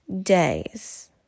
days